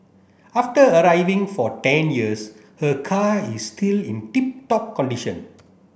after arriving for ten years her car is still in tip top condition